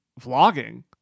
vlogging